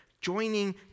joining